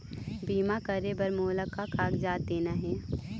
बीमा करे बर मोला का कागजात देना हे?